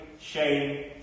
shame